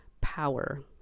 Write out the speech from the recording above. power